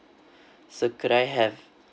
so could I have